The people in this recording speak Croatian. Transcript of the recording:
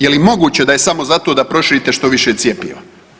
Je li moguće da je samo zato da proširite što više cjepiva?